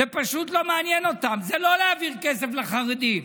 זה פשוט לא מעניין אותם, זה לא להעביר כסף לחרדים.